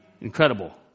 Incredible